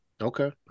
Okay